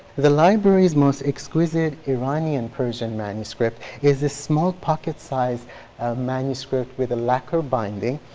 the library's most exquisite iranian persian manuscript is the small pocket-sized manuscript with a lacquer binding.